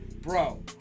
Bro